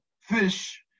fish